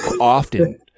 Often